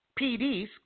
PDs